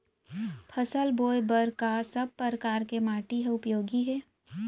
फसल बोए बर का सब परकार के माटी हा उपयोगी हे?